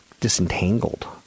disentangled